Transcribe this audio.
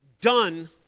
done